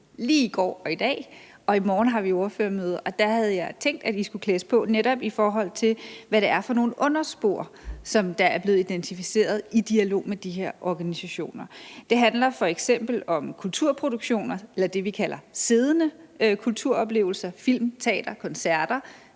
lige i går og i dag. I morgen har vi ordførermøder, og der havde jeg tænkt, at vi netop skulle klædes på, i forhold til hvilke underspor der er blevet identificeret i dialog med de her organisationer. Det handler f.eks. om kulturproduktioner eller det, vi kalder siddende kulturoplevelser, altså film, teater og koncerter.